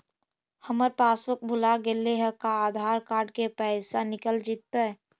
हमर पासबुक भुला गेले हे का आधार कार्ड से पैसा निकल जितै?